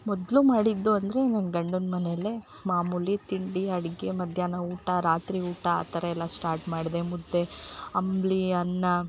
ಮೊದಲು ಮಾಡಿದ್ದು ಅಂದರೆ ನನ್ನ ಗಂಡನ ಮನೇಲೇ ಮಾಮೂಲಿ ತಿಂಡಿ ಅಡುಗೆ ಮಧ್ಯಾಹ್ನ ಊಟ ರಾತ್ರಿ ಊಟ ಆ ಥರ ಎಲ್ಲ ಸ್ಟಾರ್ಟ್ ಮಾಡಿದೆ ಮುದ್ದೆ ಅಂಬ್ಲಿ ಅನ್ನ